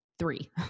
three